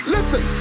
Listen